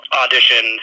audition